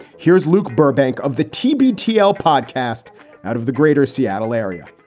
here's luke burbank of the tb t l. podcast out of the greater seattle area